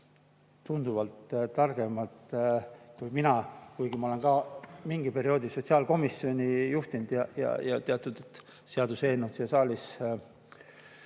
tunduvalt targemad kui mina, kuigi ma olen ka mingi perioodi sotsiaalkomisjoni juhtinud ja teatud seaduseelnõusid